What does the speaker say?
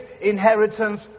inheritance